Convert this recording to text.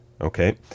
Okay